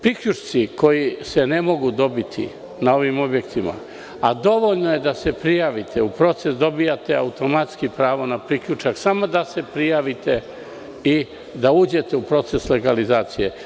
Priključci koji se ne mogu dobiti na ovim objektima, a dovoljno je da se prijavite u proces, dobijate automatski pravo na priključak, samo da se prijavite i da uđete u proces legalizacije.